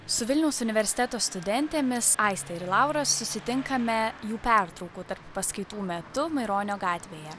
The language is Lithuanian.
su vilniaus universiteto studentėmis aiste ir laura susitinkame jų pertraukų tarp paskaitų metu maironio gatvėje